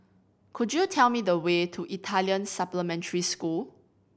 could you tell me the way to Italian Supplementary School